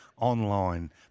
online